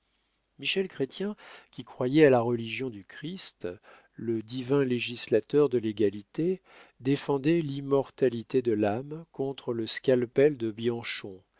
michel chrestien qui croyait à la religion du christ le divin législateur de l'égalité défendait l'immortalité de l'âme contre le scalpel de bianchon